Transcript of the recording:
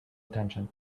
attention